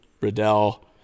riddell